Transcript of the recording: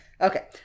Okay